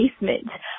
basement